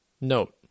Note